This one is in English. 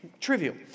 trivial